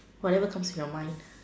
whatever comes to your mind